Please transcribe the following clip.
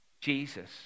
Jesus